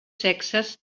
sexes